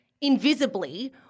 invisibly